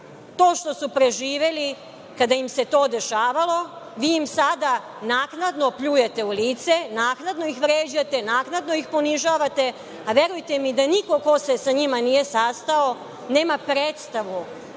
to što su proživeli kada im se to dešavalo, vi im sada naknadno pljujete u lice, naknadno ih vređate, naknadno ih ponižavate, a verujte mi da niko ko se sa njima nije sastao nema predstavu